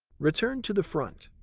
return to the front.